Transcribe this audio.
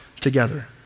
together